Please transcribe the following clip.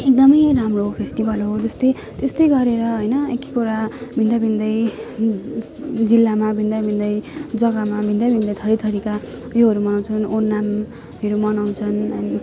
एकदमै राम्रो फेस्टिभल हो जस्तै त्यस्तै गरेर होइन एक एकवटा भिन्दाभिन्दै जिल्लामा भिन्दाभिन्दै जग्गामा भिन्दाभिन्दै थरीथरीका योहरू मनाउँछन् ओनामहरू मनाउँछन् अनि